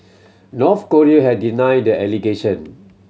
North Korea has denied the allegation